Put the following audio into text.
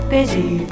Busy